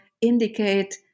indicate